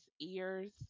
ears